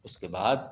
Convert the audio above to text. اس کے بعد